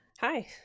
Hi